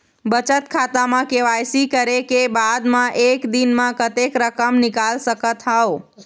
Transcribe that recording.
बचत खाता म के.वाई.सी करे के बाद म एक दिन म कतेक रकम निकाल सकत हव?